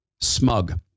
smug